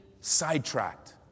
sidetracked